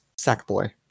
Sackboy